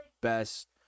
Best